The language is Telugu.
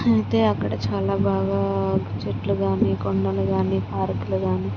అయితే అక్కడ చాల బాగా చెట్లు కానీ కొండలు కానీ పార్కులు కానీ